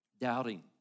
doubting